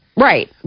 Right